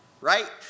right